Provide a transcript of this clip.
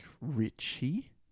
Richie